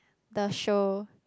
the show